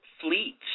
fleets –